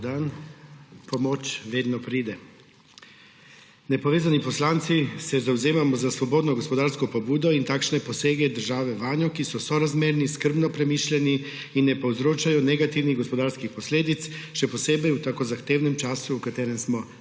Pomoč vedno pride. Nepovezani poslanci se zavzemamo za svobodno gospodarsko pobudo in takšne posege države vanjo, ki so sorazmerni, skrbno premišljeni in ne povzročajo negativnih gospodarskih posledic, še posebej v tako zahtevnem času, v katerem smo danes.